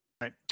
right